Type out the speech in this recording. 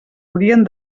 haurien